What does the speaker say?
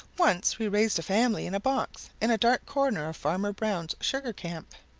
once we raised a family in a box in a dark corner of farmer brown's sugar camp.